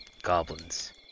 goblins